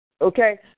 Okay